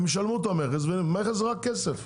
הם ישלמו את המכס והמכס זה רק כסף,